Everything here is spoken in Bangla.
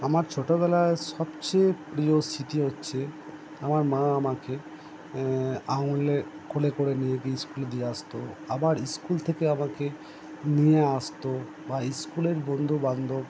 আমার ছোটোবেলায় সবচেয়ে প্রিয় স্মৃতি হচ্ছে আমার মা আমাকে আঙুলে কোলে করে নিয়ে গিয়ে ইস্কুলে দিয়ে আসতো আবার স্কুল থেকে আমাকে নিয়ে আসতো বা স্কুলের বন্ধু বান্ধব